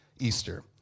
Easter